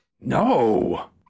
No